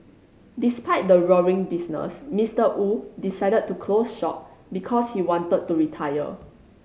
despite the roaring business Mister Wu decided to close shop because he wanted to retire